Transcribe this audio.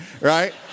right